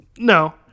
No